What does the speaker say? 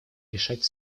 решать